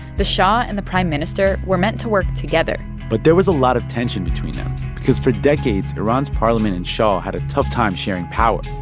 the shah and the prime minister were meant to work together but there was a lot of tension between them because for decades, iran's parliament and shah had a tough time sharing power.